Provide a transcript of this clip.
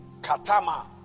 Katama